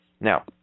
Now